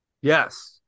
Yes